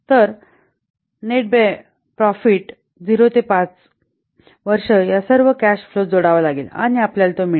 तर net profit 0 ते 5 वर्षे या सर्व कॅश फ्लोात जोडावा लागेल आणि आपल्याला तो मिळेल